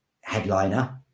headliner